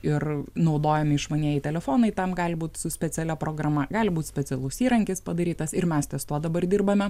ir naudojami išmanieji telefonai tam gali būt su specialia programa gali būt specialus įrankis padarytas ir mes tie tuo dabar dirbame